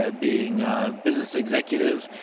ah being a business executive,